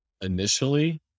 initially